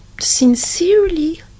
sincerely